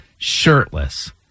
shirtless